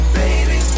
baby